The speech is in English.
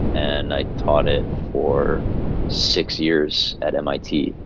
and i taught it for six years at mit,